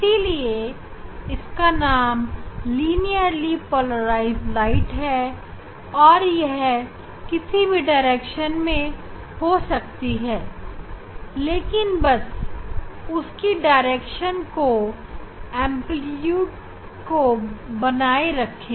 इसीलिए इसका नाम लीनियरली पोलराइज प्रकाश है और यह किसी भी दिशा में हो सकती है लेकिन बस उसी दिशा और एंप्लीट्यूड को बनाए रखें